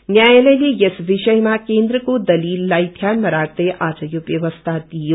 न्यायालयले यस विषयमा केन्द्रको दलीललाई ध्यानमा राख्दै आज यो ब्यवस्था दियो